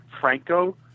Franco